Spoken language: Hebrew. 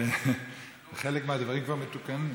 חלק מהדברים כבר מתוקנים.